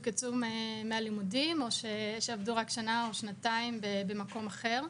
יצאו מהלימודים או שעבדו רק שנה או שנתיים במקום אחר.